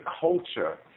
culture